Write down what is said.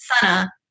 Sana